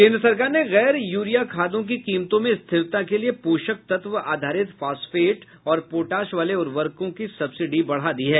केन्द्र सरकार ने गैर यूरिया खादों की कीमतों में स्थिरता के लिए पोषक तत्व आधारित फॉस्फेट और पोटाश वाले उर्वरकों की सब्सिडी बढ़ा दी है